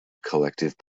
collective